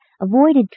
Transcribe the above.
avoided